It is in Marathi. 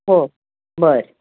हो बरं